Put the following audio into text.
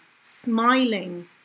smiling